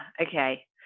okay